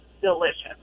delicious